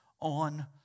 on